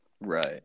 Right